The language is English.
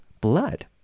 blood